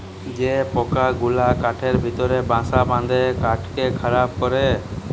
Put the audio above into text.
যে পকা গুলা কাঠের ভিতরে বাসা বাঁধে কাঠকে খারাপ ক্যরে